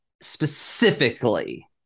specifically